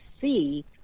see